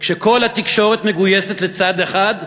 כשכל התקשורת מגויסת לצד אחד,